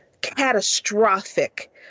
catastrophic